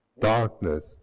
darkness